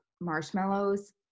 marshmallows